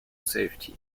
safety